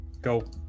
Go